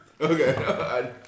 Okay